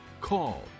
call